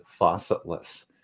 faucetless